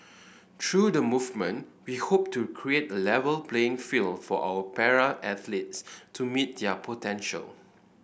through the movement we hope to create A Level playing field for our para athletes to meet their potential